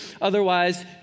otherwise